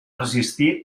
resistir